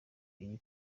iyi